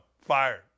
fired